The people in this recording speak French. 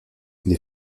des